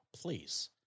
please